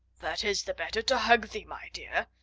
that is the better to hug thee, my dear.